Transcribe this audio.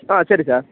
ஆ சரி சார்